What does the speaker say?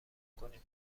کنیم